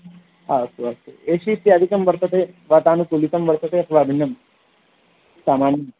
अस्तु अस्तु A C इत्यादिकं वर्तते वातानुकूलितं वर्तते अथवा भिन्नम् सामान्यम्